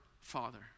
father